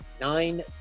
nine